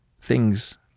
things